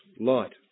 light